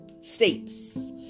states